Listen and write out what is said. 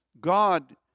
God